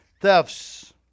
thefts